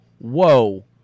whoa